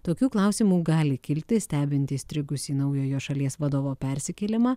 tokių klausimų gali kilti stebint įstrigusį naujojo šalies vadovo persikėlimą